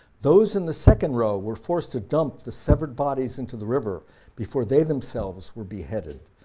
those in the second row were forced to dump the severed bodies into the river before they themselves were beheaded.